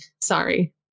Sorry